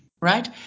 Right